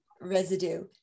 residue